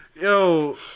Yo